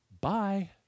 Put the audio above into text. bye